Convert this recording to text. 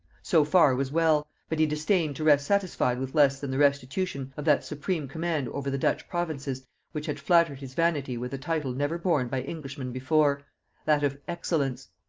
so far was well but he disdained to rest satisfied with less than the restitution of that supreme command over the dutch provinces which had flattered his vanity with a title never borne by englishman before that of excellence.